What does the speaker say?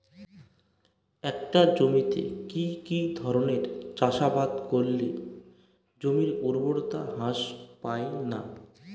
একটা জমিতে কি কি ধরনের চাষাবাদ করলে জমির উর্বরতা হ্রাস পায়না?